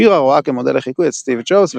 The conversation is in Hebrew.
שירה רואה כמודל לחיקוי את סטיב ג'ובס,